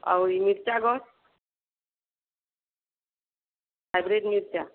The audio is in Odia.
ଆଉ ଇ ମିର୍ଚ୍ଚା ଗଛ୍ ହାଇବ୍ରିଡ଼୍ ମିର୍ଚ୍ଚା